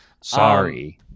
Sorry